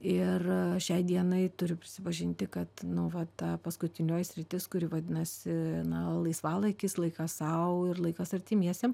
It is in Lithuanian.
ir šiai dienai turiu prisipažinti kad nu va ta paskutinioji sritis kuri vadinasi na laisvalaikis laikas sau ir laikas artimiesiem